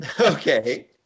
Okay